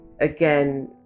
again